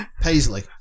Paisley